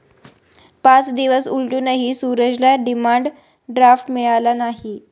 पाच दिवस उलटूनही सूरजला डिमांड ड्राफ्ट मिळाला नाही